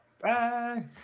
Bye